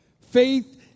Faith